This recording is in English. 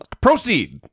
proceed